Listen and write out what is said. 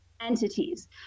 entities